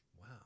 Wow